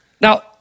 Now